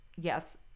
yes